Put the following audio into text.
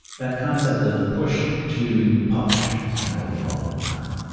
that concept of push to publish is kind of what we called it at the time.